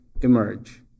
emerge